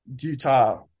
Utah